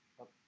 up